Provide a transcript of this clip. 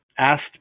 asked